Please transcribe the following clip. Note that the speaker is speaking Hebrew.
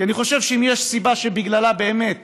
כי אני חושב שאם יש סיבה שבגללה באמת